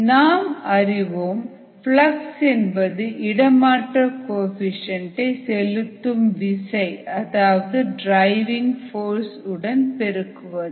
நாம் அறிவோம் ஃப்ளக்ஸ் என்பது இடமாற்ற கோஎஃபீஷியேன்ட் டை செலுத்தும் விசை அதாவது டிரைவிங் போர்ஸ் உடன் பெருக்குவது